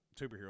superhero